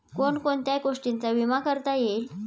कोण कोणत्या गोष्टींचा विमा करता येईल?